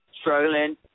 struggling